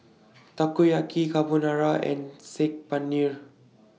Takoyaki Carbonara and Saag Paneer